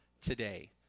today